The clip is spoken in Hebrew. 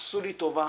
עשו לי טובה,